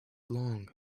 long